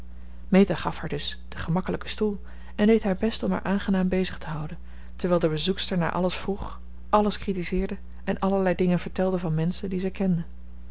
meta gaf haar dus den gemakkelijken stoel en deed haar best om haar aangenaam bezig te houden terwijl de bezoekster naar alles vroeg alles critiseerde en allerlei dingen vertelde van menschen die zij kende